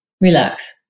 relax